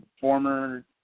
former